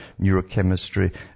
neurochemistry